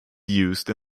used